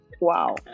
wow